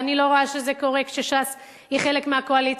ואני לא רואה שזה קורה כשש"ס היא חלק מהקואליציה.